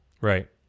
Right